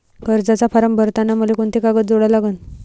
कर्जाचा फारम भरताना मले कोंते कागद जोडा लागन?